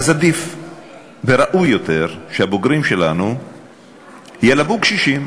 אז עדיף וראוי יותר שהבוגרים שלנו ילוו קשישים